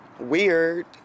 Weird